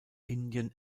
indien